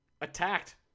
attacked